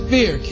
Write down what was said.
Fear